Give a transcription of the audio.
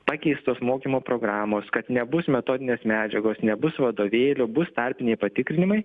pakeistos mokymo programos kad nebus metodinės medžiagos nebus vadovėlių bus tarpiniai patikrinimai